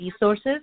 resources